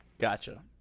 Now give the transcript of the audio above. Gotcha